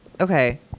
okay